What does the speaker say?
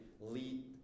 lead